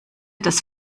das